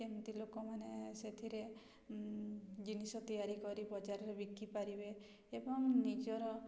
କେମିତି ଲୋକମାନେ ସେଥିରେ ଜିନିଷ ତିଆରି କରି ବଜାରରେ ବିକିପାରିବେ ଏବଂ ନିଜର